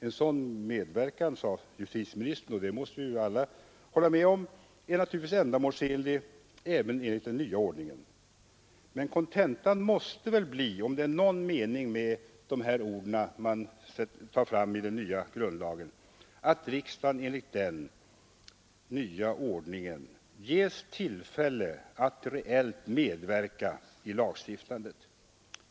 En sådan medverkan, sade justitieministern — och det måste vi ju alla hålla med om —, är naturligtvis ändamålsenlig även enligt den nya ordningen. Men kontentan måste väl bli — om det skall vara någon mening med ordalydelsen i den nya grundlagen — att riksdagen enligt den nya ordningen ges tillfälle att reellt medverka i lagstiftandet.